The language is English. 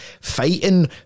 fighting